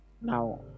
Now